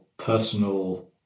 personal